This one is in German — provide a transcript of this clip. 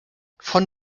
von